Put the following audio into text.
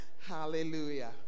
hallelujah